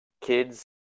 kids